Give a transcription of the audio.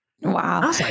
Wow